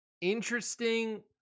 interesting